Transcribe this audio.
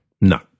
no